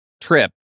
trip